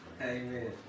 Amen